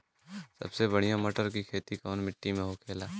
सबसे बढ़ियां मटर की खेती कवन मिट्टी में होखेला?